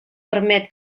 permet